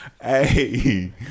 hey